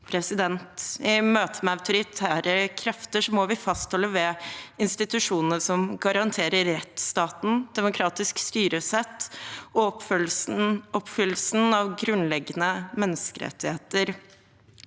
I møte med autoritære krefter må vi holde fast ved institusjonene som garanterer rettsstaten, demokratisk styresett og oppfyllelsen av grunnleggende menneskerettigheter.